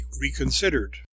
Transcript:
reconsidered